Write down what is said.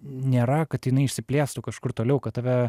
nėra kad jinai išsiplėstų kažkur toliau kad tave